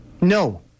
No